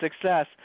success